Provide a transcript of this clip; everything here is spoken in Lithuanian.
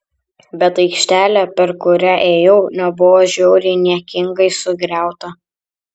bet aikštelė per kurią ėjau nebuvo žiauriai niekingai sugriauta